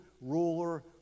ruler